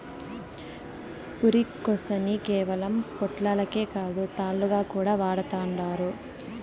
పురికొసని కేవలం పొట్లాలకే కాదు, తాళ్లుగా కూడా వాడతండారు